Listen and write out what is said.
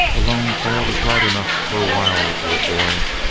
a lone trail is right enough for a while, old boy,